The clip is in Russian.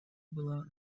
была